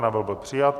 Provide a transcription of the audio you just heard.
Návrh byl přijat.